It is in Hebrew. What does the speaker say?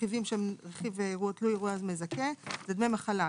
דמי מחלה,